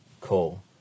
call